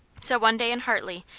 so one day in hartley,